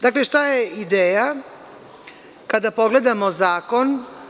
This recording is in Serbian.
Dakle, šta je ideja, kada pogledamo zakon?